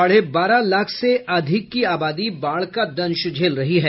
साढ़े बारह लाख से अधिक की आबादी बाढ़ का दंश झेल रही है